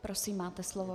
Prosím, máte slovo.